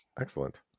Excellent